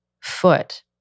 foot